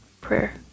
prayer